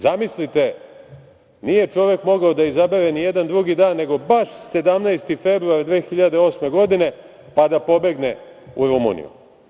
Zamislite, nije čovek mogao da izabere ni jedan drugi dan, nego baš 17. februar 2008. godine, pa da pobegne u Rumuniju.